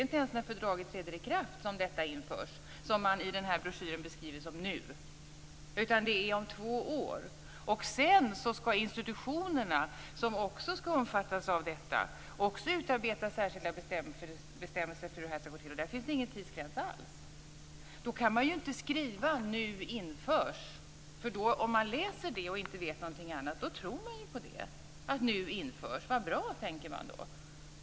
Inte ens när fördraget träder i kraft införs det som man i den här broschyren beskriver som nu, utan det är om två år. Och sedan skall institutionerna, som också skall omfattas av detta, utarbeta särskilda bestämmelser för hur det här skall gå till. Där finns det ingen tidsgräns alls. Då kan man inte skriva "nu införs". Om man läser detta och inte vet någonting annat tror man ju på det, att det nu införs. Vad bra, tänker man då.